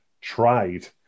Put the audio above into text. tried